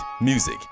music